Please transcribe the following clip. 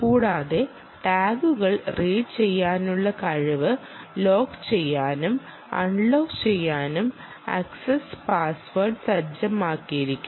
കൂടാതെ ടാഗുകൾ റീഡ് ചെയ്യാനുള്ള കഴിവ് ലോക്ക് ചെയ്യാനും അൺലോക്കുചെയ്യാനും ആക്സസ് പാസ്വേഡ് സജ്ജമാക്കിയിരിക്കുന്നു